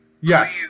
Yes